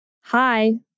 Hi